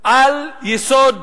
על בסיס